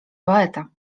poeta